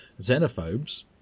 xenophobes